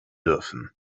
dürfen